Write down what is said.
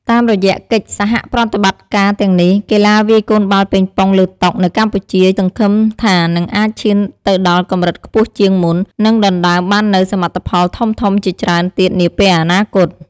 តាមរយៈកិច្ចសហប្រតិបត្តិការទាំងនេះ កីឡាវាយកូនបាល់ប៉េងប៉ុងលើតុនៅកម្ពុជាសង្ឃឹមថានឹងអាចឈានទៅដល់កម្រិតខ្ពស់ជាងមុន និងដណ្ដើមបាននូវសមិទ្ធផលធំៗជាច្រើនទៀតនាពេលអនាគត។